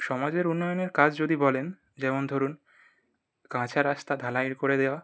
সমাজের উন্নয়নের কাজ যদি বলেন যেমন ধরুন কাঁচা রাস্তা ঢালাই করে দেওয়া